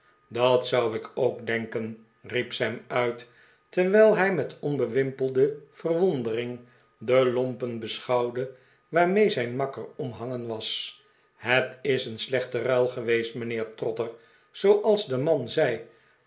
dat zou ik ook denken riep sam uit terwijl hij met onbewimpelde verwondering de lompen beschouwde waarmee zijn makker omhangen was het is een slechte mil geweest mijnheer trotter zooals de man zei